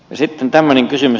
sitten tämmöinen kysymys